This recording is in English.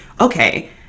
okay